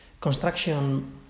construction